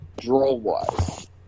draw-wise